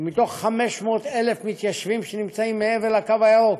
שמתוך 500,000 מתיישבים שנמצאים מעבר לקו הירוק,